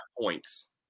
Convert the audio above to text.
points